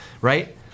right